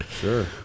Sure